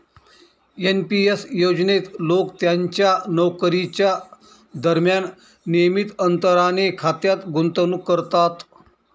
NP S योजनेत लोक त्यांच्या नोकरीच्या दरम्यान नियमित अंतराने खात्यात गुंतवणूक करतात